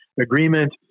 Agreement